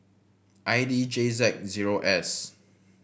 I D J Z zero S